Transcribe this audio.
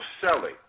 selling